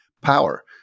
power